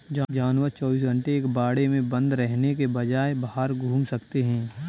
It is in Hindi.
जानवर चौबीस घंटे एक बाड़े में बंद रहने के बजाय बाहर घूम सकते है